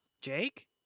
Jake